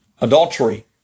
Adultery